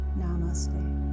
Namaste